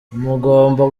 mugomba